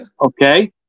Okay